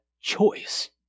choice